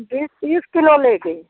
बीस तीस किलो लेकर